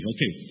Okay